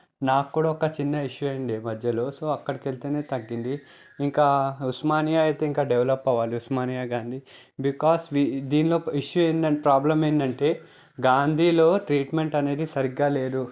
నాకు కూడా ఒక చిన్న ఇష్యూ అయ్యి ఉండే ఈ మధ్యలో సో అక్కడికి వెళితే తగ్గింది ఇంకా ఉస్మానియా అయితే ఇంకా డెవలప్ అవ్వాలి ఉస్మానియా గాంధీ బికాస్ దీనిలో ఇష్యూ ఏంటంటే ప్రాబ్లం ఏంటంటే గాంధీలో ట్రీట్మెంట్ అనేది సరిగా లేదు